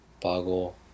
boggle